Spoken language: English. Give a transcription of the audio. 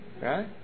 Right